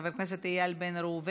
חבר הכנסת איל בן ראובן,